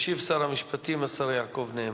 ישיב שר המשפטים, השר יעקב נאמן.